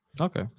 Okay